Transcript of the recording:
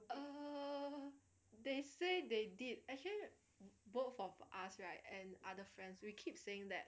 err they say they did actually both of us right and other friends we keep saying that